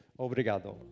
obrigado